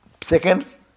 seconds